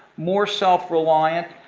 more self-reliant,